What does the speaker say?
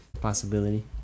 possibility